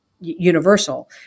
universal